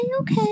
Okay